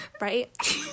Right